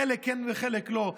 חלק כן וחלק לא.